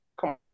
Come